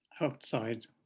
outside